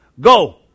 go